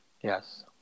Yes